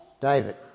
David